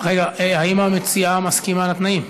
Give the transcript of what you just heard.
רגע, האם המציעה מסכימה לתנאים?